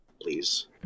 please